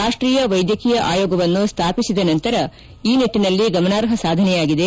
ರಾಷ್ಷೀಯ ವೈದ್ಯಕೀಯ ಆಯೋಗವನ್ನು ಸ್ಟಾಪಿಸಿದ ನಂತರ ಈ ನಿಟ್ಟನಲ್ಲಿ ಗಮನಾರ್ಪ ಸಾಧನೆಯಾಗಿದೆ